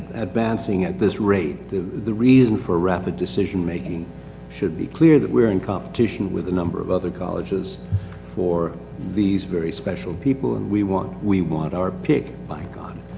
advancing at this rate, the, the reason for rapid decision-making should be clear that we are in competition with a number of other colleges for these very special people and we want, we want our pick like on